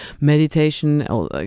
meditation